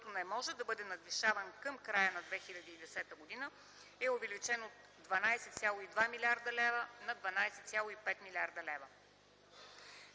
който не може да бъде надвишаван към края на 2010 г., е увеличен от 12,2 млрд. лв. на 12,5 млрд. лв.